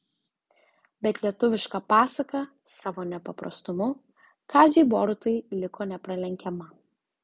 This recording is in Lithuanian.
bet lietuviška pasaka savo nepaprastumu kaziui borutai liko nepralenkiama